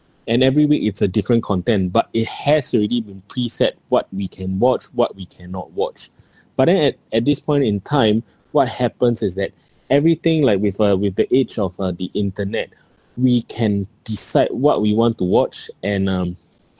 and every week it's a different content but it has already been preset what we can watch what we cannot watch but then at at this point in time what happens is that everything like with uh with the age of uh the internet we can decide what we want to watch and um